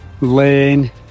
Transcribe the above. Lane